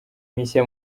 mishya